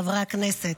חברי הכנסת.